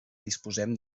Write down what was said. disposem